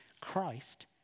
Christ